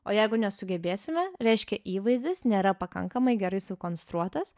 o jeigu nesugebėsime reiškia įvaizdis nėra pakankamai gerai sukonstruotas